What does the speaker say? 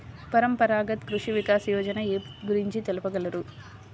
పరంపరాగత్ కృషి వికాస్ యోజన ఏ గురించి తెలుపగలరు?